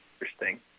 interesting